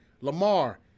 Lamar